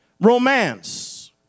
Romance